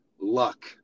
luck